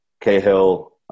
Cahill